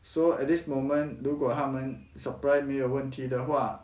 so at this moment 如果他们 supply 没有问题的话